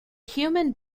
human